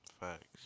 Facts